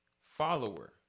follower